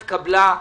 ההארכה התקבלה.